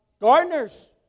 Gardeners